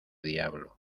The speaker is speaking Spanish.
diablo